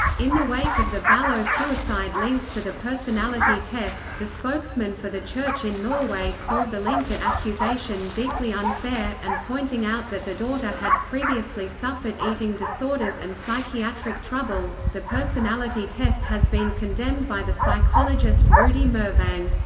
in the wake of the ballo suicide linked to the personality test, the spokesman for the church in norway called the link at accusation deeply unfair, and pointing out that the daughter had previously suffered eating disorders and psychiatric troubles the personality test has been condemned by the psychologist rudy myrvang.